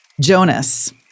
Jonas